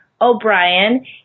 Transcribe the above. O'Brien